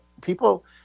people